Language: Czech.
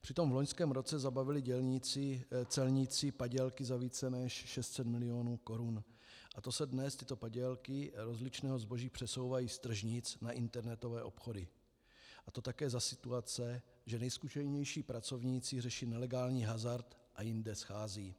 Přitom v loňském roce zabavili celníci padělky za více než 600 mil. korun, a to se dnes tyto padělky rozličného zboží přesouvají z tržnic na internetové obchody, a to za situace, že nejzkušenější pracovníci řeší nelegální hazard a jinde scházejí.